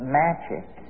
magic